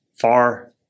far